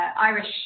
Irish